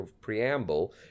preamble